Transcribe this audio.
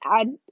add